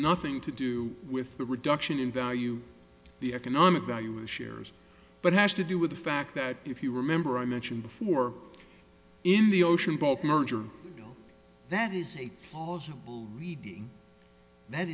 nothing to do with the reduction in value the economic value of shares but has to do with the fact that if you remember i mentioned before in the ocean both merger that is a